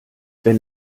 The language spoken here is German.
wenn